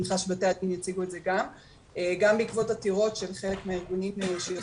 גם בעקבות עתירות של חלק מהארגונים שהם